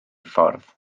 ffordd